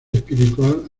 espiritual